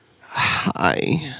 Hi